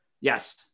Yes